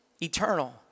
eternal